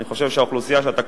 אני חושב שהאוכלוסייה שאתה,